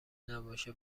نباشه